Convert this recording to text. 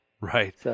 Right